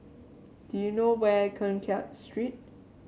do you know where Keng Kiat Street